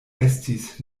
estis